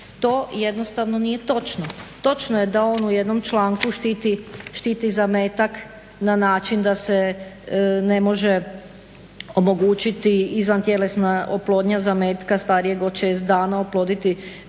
To jednostavno nije točno. Točno je da on u jednom članku štiti zametak na način da se ne može omogućiti izvantjelesna oplodnja zametka starijeg od šest dana, oploditi žensku